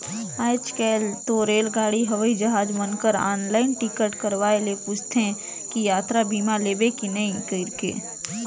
आयज कायल तो रेलगाड़ी हवई जहाज मन कर आनलाईन टिकट करवाये ले पूंछते कि यातरा बीमा लेबे की नही कइरके